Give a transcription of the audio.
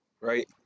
Right